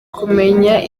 kumenya